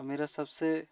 और मेरा सबसे